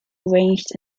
arranged